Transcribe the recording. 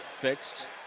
fixed